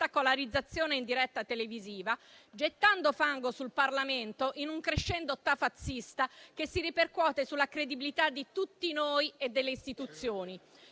spettacolarizzazione in diretta televisiva, gettando fango sul Parlamento in un crescendo "tafazzista" che si ripercuote sulla credibilità di tutti noi e delle istituzioni.